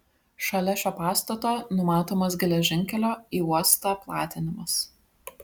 šalia šio pastato numatomas geležinkelio į uostą platinimas